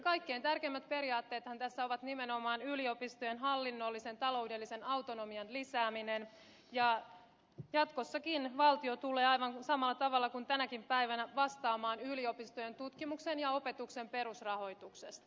kaikkein tärkeimmät periaatteethan tässä ovat nimenomaan yliopistojen hallinnollisen taloudellisen autonomian lisääminen ja se että jatkossakin valtio tulee aivan samalla tavalla kuin tänäkin päivänä vastaamaan yliopistojen tutkimuksen ja opetuksen perusrahoituksesta